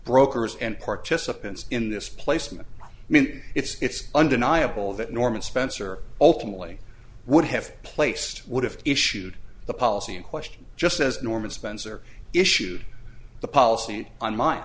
brokers and participants in this placement i mean it's undeniable that norman spencer ultimately would have placed would have issued the policy in question just as norman spencer issued the policy on mine